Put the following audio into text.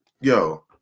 Yo